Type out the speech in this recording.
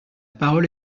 parole